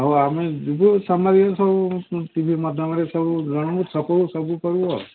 ହଉ ଆମେ ଯିବୁ ସାମ୍ନାରେ ସବୁ ଟି ଭି ମାଧ୍ୟମରେ ସବୁ ଜଣକୁ ସବୁ କରିବୁ ଆଉ